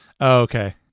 okay